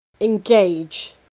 engage